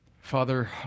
Father